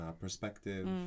perspective